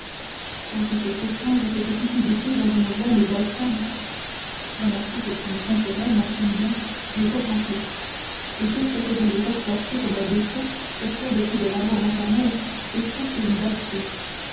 oh que c'est étrange cette cupidité dans une jeune et belle femme remarquez que ce n'est point pour elle maximilien mais pour son fils et que ce que vous lui reprochez comme un défaut au point de vue de l'amour maternel est presque une vertu